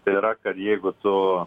tai yra kad jeigu tu